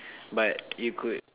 but you could